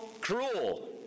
Cruel